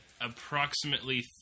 approximately